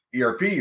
ERP